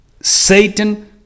Satan